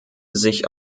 sich